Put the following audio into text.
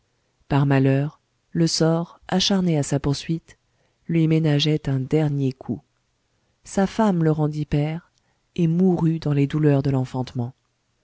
par malheur le sort acharné à sa poursuite lui ménageait un dernier coup sa femme le rendit père et mourut dans les douleurs de l'enfantement